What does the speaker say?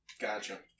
Gotcha